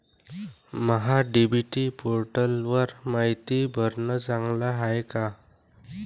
महा DBT पोर्टलवर मायती भरनं चांगलं हाये का?